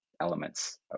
elements